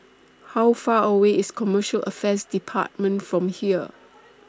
How Far away IS Commercial Affairs department from here